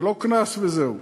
זה לא קנס וזהו,